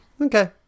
Okay